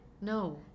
No